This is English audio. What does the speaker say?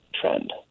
trend